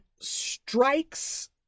strikes